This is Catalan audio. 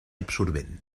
absorbent